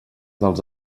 dels